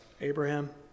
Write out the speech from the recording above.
Abraham